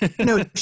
No